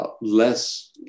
less